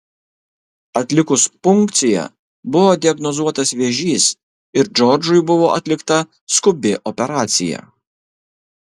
atlikus punkciją buvo diagnozuotas vėžys ir džordžui buvo atlikta skubi operacija